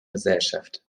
gesellschaft